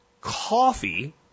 coffee